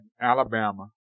Alabama